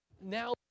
now